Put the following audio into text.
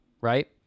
right